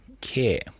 care